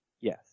Yes